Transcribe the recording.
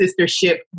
sistership